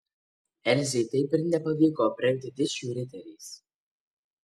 elzei taip ir nepavyko aprengti dičkių riteriais